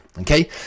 okay